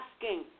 asking